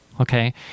Okay